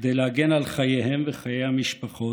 כדי להגן על חייהם ועל חיי המשפחות,